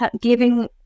giving